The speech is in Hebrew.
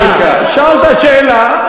שאלת שאלה,